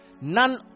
none